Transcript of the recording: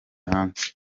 hanze